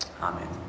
Amen